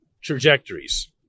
trajectories